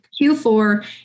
Q4